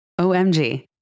OMG